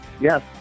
yes